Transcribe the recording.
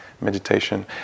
meditation